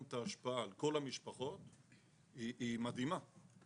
את ההשפעה על כל המשפחות והיא מדהימה.